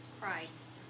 Christ